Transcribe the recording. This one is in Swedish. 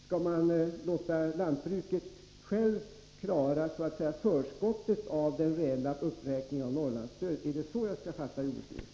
Skall man låta lantbruket självt så att säga klara förskottet av den reella uppräkningen av Norrlandsstödet — är det så jag skall förstå jordbruksministern?